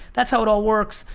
that's how it all works.